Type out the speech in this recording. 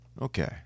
Okay